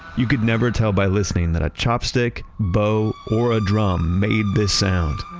you could never tell by listening that a chopstick, bow, or a drum made this sound